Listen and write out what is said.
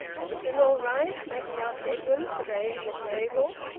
everything all right? maggie asked edwin, surveying the table.